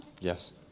Yes